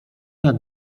jak